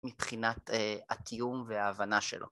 ‫מבחינת התיאום וההבנה שלו.